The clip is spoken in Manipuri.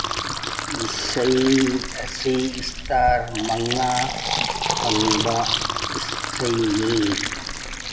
ꯏꯁꯩ ꯑꯁꯤ ꯏꯁꯇꯥꯔ ꯃꯉꯥ ꯐꯪꯕ ꯏꯁꯩꯅꯤ